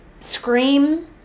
scream